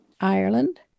Ireland